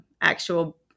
actual